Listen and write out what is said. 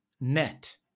net